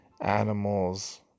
animals